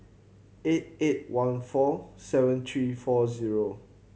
eight eight one four seven three four zero